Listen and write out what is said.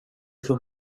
för